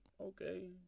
okay